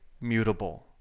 mutable